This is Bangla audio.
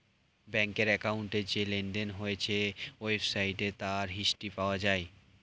ব্যাংকের অ্যাকাউন্টে যে লেনদেন হয়েছে ওয়েবসাইটে তার হিস্ট্রি পাওয়া যায়